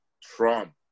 Trump